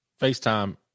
FaceTime